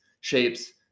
shapes